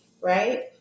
right